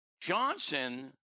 Johnson